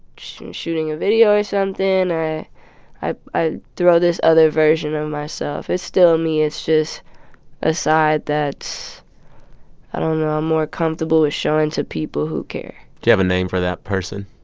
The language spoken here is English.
shooting a video or something, i i ah throw this other version of myself. it's still me. it's just a side that i don't know i'm more comfortable with showing to people who care do you have a name for that person?